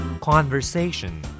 Conversation